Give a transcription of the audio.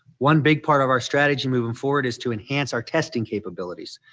one big part of our strategy moving forward is to enhance our testing capabilities.